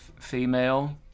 female